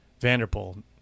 Vanderpool